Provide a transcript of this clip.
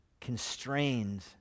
constrained